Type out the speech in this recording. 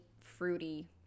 fruity